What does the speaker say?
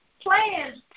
Plans